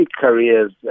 careers